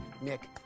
Nick